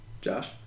Josh